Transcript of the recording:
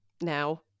now